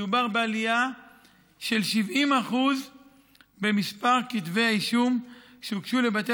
מדובר בעלייה של 70% במספר כתבי האישום שהוגשו לבתי